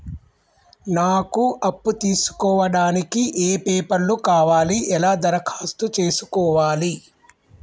నాకు అప్పు తీసుకోవడానికి ఏ పేపర్లు కావాలి ఎలా దరఖాస్తు చేసుకోవాలి?